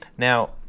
Now